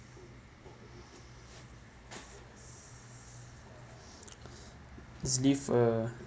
it's differ